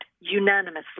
unanimously